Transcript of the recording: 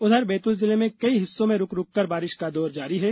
उधर बैतूल जिले में कई हिससों में रूक रूककर बारिश का दौर जारी है